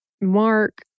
Mark